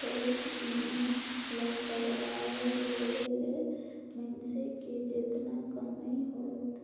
health बीमा ल करवाये लेहे ले मइनसे के जेतना कमई होत